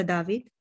David